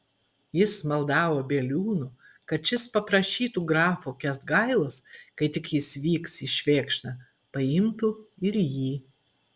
jis maldavo bieliūno kad šis paprašytų grafo kęsgailos kai tik jis vyks į švėkšną paimtų ir jį